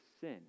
sin